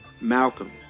malcolm